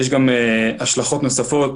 יש גם השלכות נוספות,